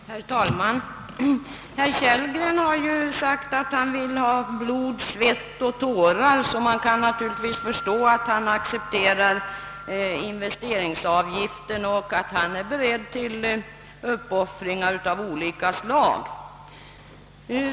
Herr talman! Herr Kellgren har sagt att han vill ha »blod, svett och tårar», så jag kan förstå att han accepterar investeringsavgiften och är beredd till uppoffringar av olika slag.